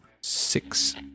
Six